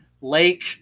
Lake